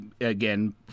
Again